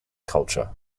culture